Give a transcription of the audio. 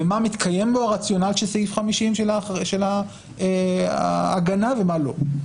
ומה מתקיים בו הרציונל של סעיף 50 של ההגנה ומה לא.